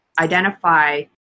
identify